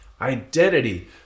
identity